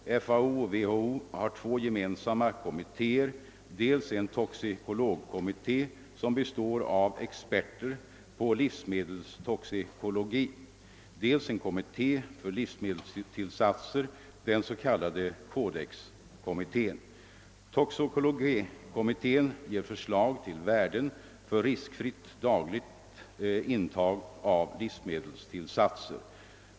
FAO och WHO har två gemensamma kommittéer, dels en toxikologkommitté som består av experter på livsmedelstoxikologi, dels en kom mitté för livsmedelstillsatser, den s.k. Codexkommittén. Toxikologkommittén ger förslag till värden för riskfritt dagligt intag av livsmedelstillsatser.